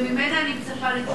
וממנה אני מצפה לתשובה.